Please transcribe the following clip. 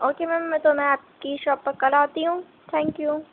okay ma'am تو میں آپ کی شاپ پر کل آتی ہوں تھینک یو